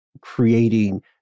creating